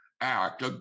act